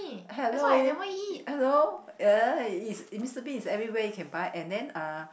hello hello uh Mister-Bean is everywhere you can buy and then uh